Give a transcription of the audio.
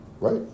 Right